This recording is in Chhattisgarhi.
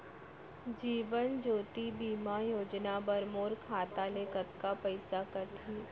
जीवन ज्योति बीमा योजना बर मोर खाता ले कतका पइसा कटही?